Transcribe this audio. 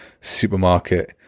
supermarket